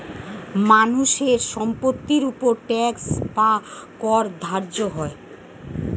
মানুষের সম্পত্তির উপর ট্যাক্স বা কর ধার্য হয়